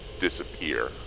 disappear